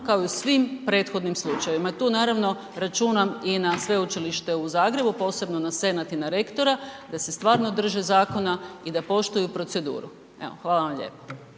kao i u svim prethodnim slučajevima. Tu naravno, računam i na Sveučilište u Zagrebu, posebno na Senat i na rektora, da se stvarno drže zakona i da poštuju proceduru. Evo, hvala vam lijepo.